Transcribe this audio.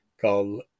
called